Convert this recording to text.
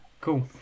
cool